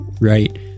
right